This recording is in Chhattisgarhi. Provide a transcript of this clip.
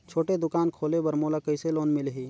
छोटे दुकान खोले बर मोला कइसे लोन मिलही?